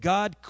God